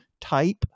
type